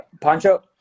Pancho